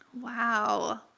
Wow